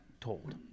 told